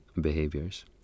behaviors